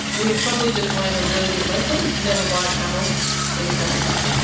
we've probably just learned a really good lesson. never buy a camel in a camel cup.